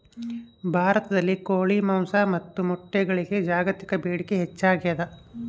ಭಾರತದಲ್ಲಿ ಕೋಳಿ ಮಾಂಸ ಮತ್ತು ಮೊಟ್ಟೆಗಳಿಗೆ ಜಾಗತಿಕ ಬೇಡಿಕೆ ಹೆಚ್ಚಾಗ್ಯಾದ